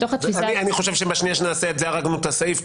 אני חושב שבשנייה שנעשה את זה נהרוג את הסעיף,